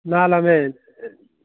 ꯅꯥꯟꯂꯃꯦ ꯑꯦ